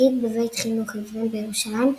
פקיד בבית חינוך עיוורים בירושלים,